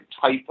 type